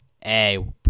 Hey